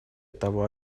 того